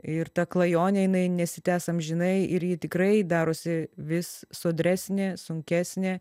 ir ta klajonė jinai nesitęs amžinai ir ji tikrai darosi vis sodresnė sunkesnė